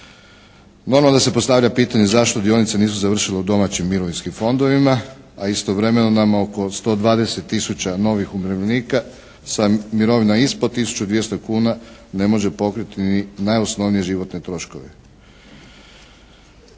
Normalno da se postavlja pitanje zašto dionice nisu završile u domaćim mirovinskim fondovima a istovremeno nam oko 120 tisuća novih umirovljenika sa mirovinama ispod 1200 kuna ne može pokriti ni najosnovnije životne troškove.